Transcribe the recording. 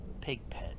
pigpen